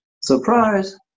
Surprise